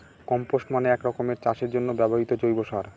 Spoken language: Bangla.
কম্পস্ট মানে এক রকমের চাষের জন্য ব্যবহৃত জৈব সার